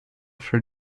for